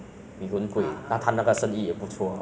不是说恼吃但是还可接受了